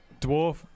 dwarf